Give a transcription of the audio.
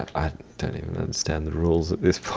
i don't even understand the rules at this point.